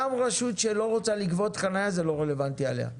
גם רשות שלא רוצה לגבות חניה, זה לא רלוונטי לה.